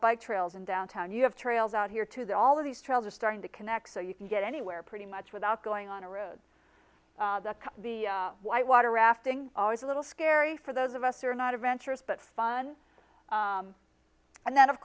bike trails in downtown you have trails out here too that all of these trails are starting to connect so you can get anywhere pretty much without going on a road to the white water rafting always a little scary for those of us are not adventurous but fun and that of